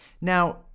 Now